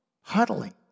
Huddling